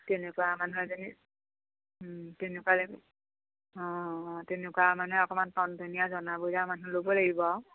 তেনেকুৱা মানুহ এজনী তেনেকুৱা এজনী অঁ অঁ তেনেকুৱা মানে অকমান টনটনীয়া জনা বুজা মানুহ ল'ব লাগিব আৰু